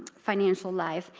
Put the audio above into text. financial life.